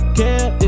care